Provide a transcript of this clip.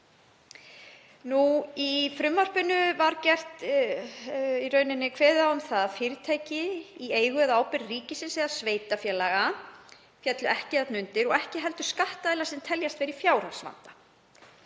Í frumvarpinu var kveðið á um að fyrirtæki í eigu eða ábyrgð ríkisins eða sveitarfélaga féllu ekki þarna undir, og ekki heldur skattaðilar sem teljast vera í fjárhagsvanda.